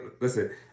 Listen